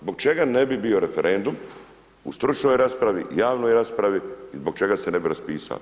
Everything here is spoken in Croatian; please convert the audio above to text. Zbog čega ne bi bio referendum u stručnoj raspravi, javnoj raspravi i zbog čega se ne bi raspisao?